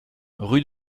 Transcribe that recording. rue